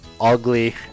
ugly